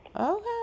Okay